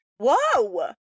Whoa